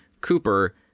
Cooper